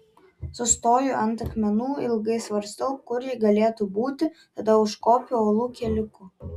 sustoju ant akmenų ilgai svarstau kur ji galėtų būti tada užkopiu uolų keliuku